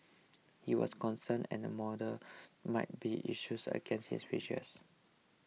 he was concerned an order might be issued against his wishes